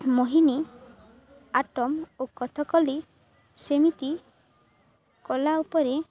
ମହିନୀ ଆଟମ୍ ଓ କଥ କଲି ସେମିତି କଲା ଉପରେ